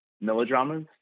melodramas